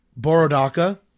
Borodaka